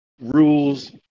rules –